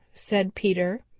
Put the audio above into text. said peter,